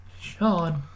Sean